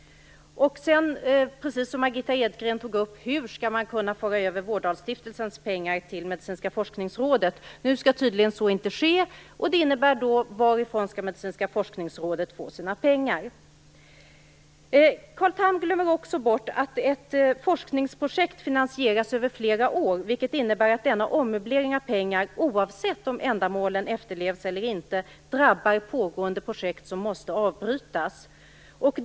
Och precis som Margitta Edgren tog upp: Hur skall man kunna föra över Vårdalstiftelsens pengar till Medicinska forskningsrådet? Nu skall tydligen så inte ske. Det för med sig frågan: Varifrån skall Medicinska forskningsrådet få sina pengar? Carl Tham glömmer också bort att ett forskningsprojekt finansieras över flera år, vilket innebär att denna ommöblering med pengar, oavsett om ändamålen efterlevs eller inte, drabbar pågående projekt som måste avbrytas.